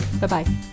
Bye-bye